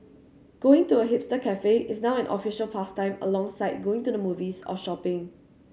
going to a hipster cafe is now an official pastime alongside going to the movies or shopping